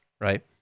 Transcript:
right